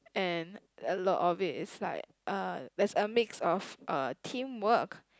and a lot of it is like uh there's a mix of uh team work